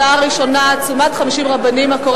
הראשונות הן הצעות לסדר-היום מס' 4435,